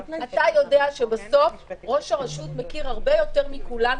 אתה יודע שבסוף ראש הרשות מכיר יותר מכולנו